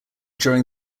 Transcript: during